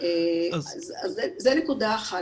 זו נקודה אחת.